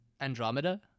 Andromeda